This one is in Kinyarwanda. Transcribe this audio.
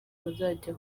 bazajya